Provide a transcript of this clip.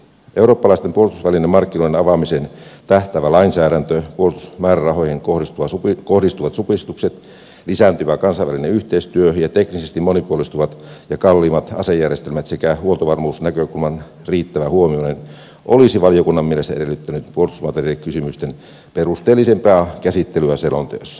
eurooppalaisten puolustusvälinemarkkinoiden avaamiseen tähtäävä lainsäädäntö puolustusmäärärahoihin kohdistuvat supistukset lisääntyvä kansainvälinen yhteistyö ja teknisesti monipuolistuvat ja kalliimmat asejärjestelmät sekä huoltovarmuusnäkökulman riittävä huomioiminen olisivat valiokunnan mielestä edellyttäneet puolustusmateriaalikysymysten perusteellisempaa käsittelyä selonteossa